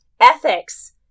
ethics